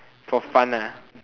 for fun ah